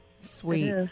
sweet